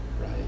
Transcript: right